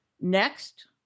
Next